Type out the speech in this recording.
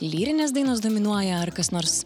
lyrinės dainos dominuoja ar kas nors